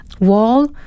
wall